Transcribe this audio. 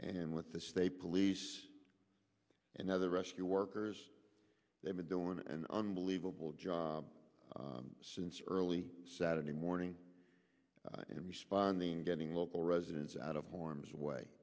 and with the state police and other rescue workers they've been doing and unbelievable job since early saturday morning in responding getting local residents out of forms away